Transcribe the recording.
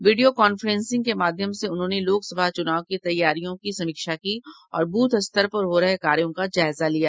video conferencing के माध्यम से उन्होंने लोकसभा चूनाव की तैयारियों की समीक्षा की और बूथ स्तर पर हो रहे कार्यों का जायजा लिया